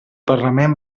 parlament